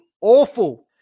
awful